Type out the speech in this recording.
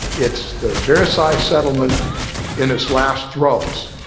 it's the versailles settlement in its last throes.